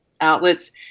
outlets